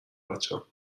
بچم